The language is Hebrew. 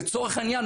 לצורך העניין,